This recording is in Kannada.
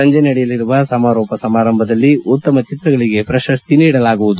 ಸಂಜೆ ನಡೆಯಲಿರುವ ಸಮಾರೋಪ ಸಮಾರಂಭದಲ್ಲಿ ಉತ್ತಮ ಚಿತ್ರಗಳಿಗೆ ಪ್ರಶಸ್ತಿ ನೀಡಲಾಗುವುದು